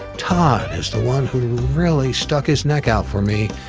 todd is the one who really stuck his neck out for me,